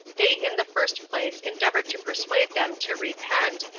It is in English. they in the first place endeavored to persuade them to repent,